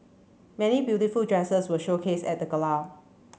many beautiful dresses were showcased at the gala